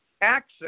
Access